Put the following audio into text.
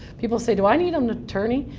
people say do i need um an attorney?